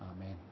Amen